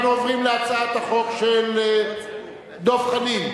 אנחנו עוברים להצעת החוק של דב חנין,